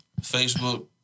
Facebook